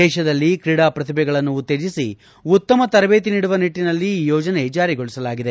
ದೇಶದಲ್ಲಿ ಕ್ರೀಡಾ ಪ್ರತಿಭೆಗಳನ್ನು ಉತ್ತೇಜಿಸಿ ಉತ್ತಮ ತರಬೇತಿ ನೀಡುವ ನಿಟ್ಟಿನಲ್ಲಿ ಈ ಯೋಜನೆ ಜಾರಿಗೊಳಿಸಲಾಗಿದೆ